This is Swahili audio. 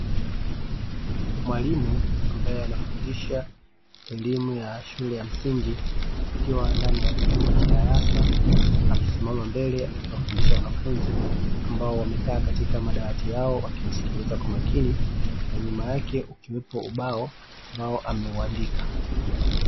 Mwalimu ambaye anafundisha elimu ya shule ya msingi akiwa ndani ya chumba cha darasa amesimama mbele, akiwafundisha wanafunzi ambao wamekaa katika madawati yao wakimsikiliza kwa makini na nyuma yake ukiwepo ubao ambao ameuandika.